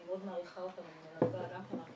אני מאוד מעריכה אותם, אני מלווה גם את המנכ"לים,